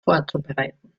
vorzubereiten